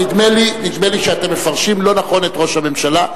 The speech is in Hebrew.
נדמה לי שאתם מפרשים לא נכון את ראש הממשלה.